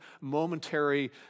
momentary